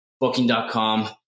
Booking.com